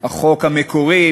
בחוק המקורי.